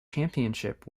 championship